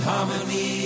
Harmony